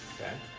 Okay